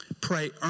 pray